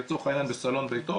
לצורך העניין בסלון ביתו,